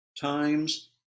times